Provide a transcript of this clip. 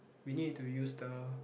we need to use the